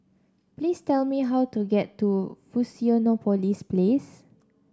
please tell me how to get to Fusionopolis Place